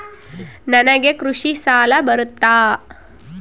ನನಗೆ ಕೃಷಿ ಸಾಲ ಬರುತ್ತಾ?